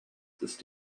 ist